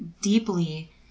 deeply